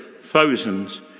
thousands